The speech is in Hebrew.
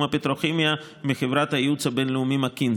הפטרוכימיה מחברת הייעוץ הבין-לאומי מקינזי.